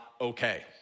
okay